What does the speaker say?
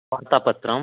वार्तापत्रं